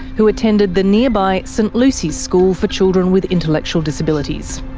who attended the nearby st lucy's school for children with intellectual disabilities.